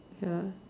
ya